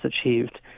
achieved